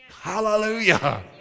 Hallelujah